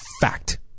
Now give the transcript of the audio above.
Fact